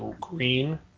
green